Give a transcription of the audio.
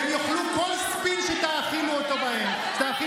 והן יאכלו כל ספין שתאכילו אותן בו.